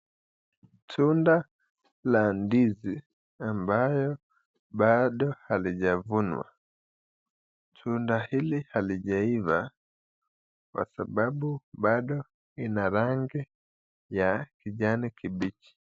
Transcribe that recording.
Tunda la ndizi ambayo bado halijavunwa. Tunda hili halijaiva kwa sababu bado ina rangi ya kijani kibichi.